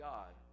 God